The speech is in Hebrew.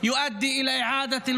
שתקדם תהליך של